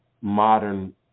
modern